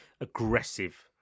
aggressive